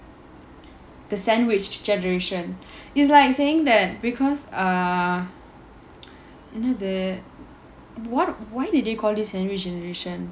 the sandwiched generation is like saying that because err you know the what why did they call this sandwich generation